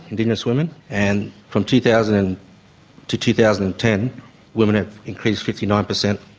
indigenous women. and from two thousand to two thousand and ten women have increased fifty nine percent.